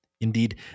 Indeed